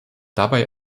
dabei